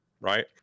right